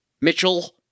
Mitchell